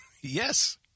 Yes